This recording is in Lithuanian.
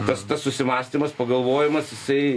tas tas susimąstymas pagalvojimas jisai